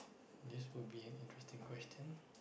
this would be an interesting question